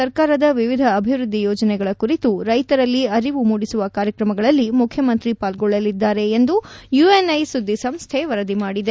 ಸರ್ಕಾರದ ವಿವಿಧ ಅಭಿವೃದ್ದಿ ಯೋಜನೆಗಳ ಕುರಿತು ರೈತರಲ್ಲಿ ಅರಿವು ಮೂಡಿಸುವ ಕಾರ್ಯಕ್ರಮಗಳಲ್ಲಿ ಮುಖ್ಯಮಂತ್ರಿ ಪಾಲ್ಗೊಳ್ಳಲಿದ್ದಾರೆ ಎಂದು ಯುಎನ್ಐ ಸುದ್ದಿ ಸಂಸ್ದೆ ವರದಿ ಮಾಡಿದೆ